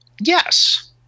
yes